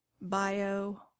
bio